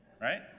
Right